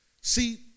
See